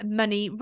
money